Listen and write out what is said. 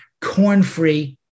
corn-free